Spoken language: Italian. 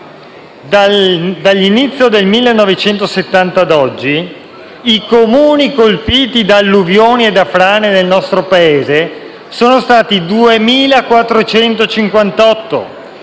Dall'inizio del 1970 ad oggi, i Comuni colpiti da alluvioni e frane nel nostro Paese sono stati 2.458,